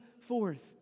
forth